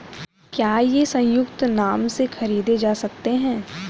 क्या ये संयुक्त नाम से खरीदे जा सकते हैं?